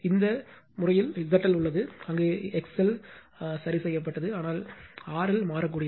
இந்த வழக்கில் ZL உள்ளது அங்கு XL சரி செய்யப்பட்டது ஆனால் RL மாறக்கூடியது